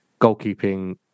goalkeeping